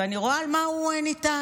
ואני רואה על מה הוא ניתן.